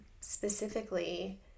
specifically